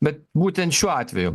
bet būtent šiuo atveju